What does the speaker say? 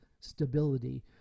stability